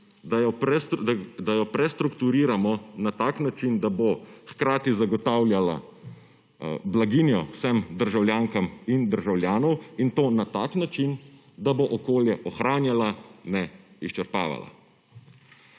da jo prestrukturiramo na tak način, da bo hkrati zagotavljala blaginjo vsem državljankam in državljanom in to na tak način, da bo okolje ohranjala, ne izčrpavala.